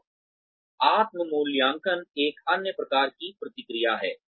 और आत्म मूल्यांकन एक अन्य प्रकार की प्रतिक्रिया है